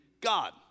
God